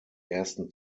ersten